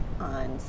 on